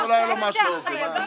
אין לו זיכרון טוב?